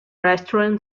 restaurant